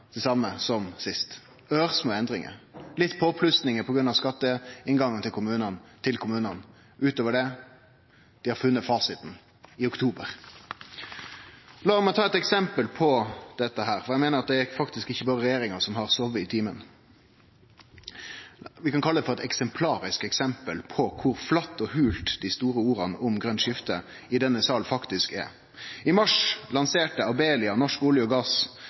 det same som sist. Det er ørsmå endringar: litt påplussingar på grunn av skatteinngangen til kommunane, men utover det har dei funne fasiten i oktober. La meg ta eit eksempel på dette, for eg meiner at det faktisk ikkje er berre regjeringa som har sove i timen. Vi kan kalle det eit eksemplarisk eksempel på kor flate og hole dei store orda om grønt skifte i denne salen faktisk er: I mars lanserte Abelia, Norsk olje og gass,